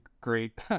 great